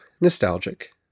nostalgic